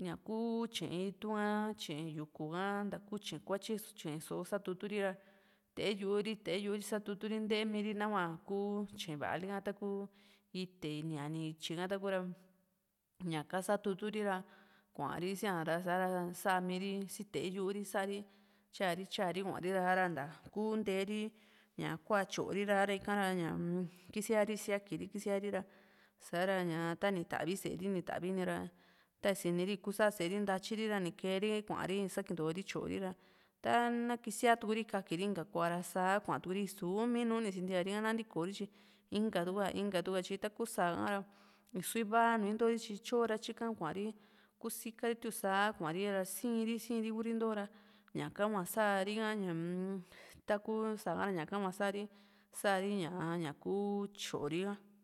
ña´ku tye´e itu´n ha tye´e yuku ha ntaku tye´e kuatyi tye´e só satuturi ra te´e yu´u ri te´e yu´ri satuturi ntee mi ri hua kuu tye´e va´a li taku tee ña ni ítyi ka taku ra ñaka satuturi ra kua´ri sia ra sa´ra sá miri si te´e yu´u sa´ri tya´ri tya´ri kua´ri ra nta kuntee ri ña kua tyóo ri ra ika ra ñaa-m kísiari siákiri kisíari ra sa´ra ña tani ta´vi sée ri ni ta´vi nii ra tanmi sini ri ní kuu sá sée ri ntayiri ra ni kee´ri kua´ri isakinto ri tyóo ri ra ta´na kisíaa tuku ri kakiri ra inka kuua´ra sá kautukuri nii sunumi ni sintiari ha nantiko ri tyi inka tuka inka ka tuku ka tyi taku sáa ha ra isuu iva nu intori tyi tyo ta tyika kua´ri kusika ri tiun sa kua´ri ra sii sii ri Kuri ntoora ñaka hua sa´ri ha ñaa-m taku sáa ka ra ñaña hua sa´ri sa´ri ñá ñaku tyóo ri ka